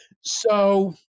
so-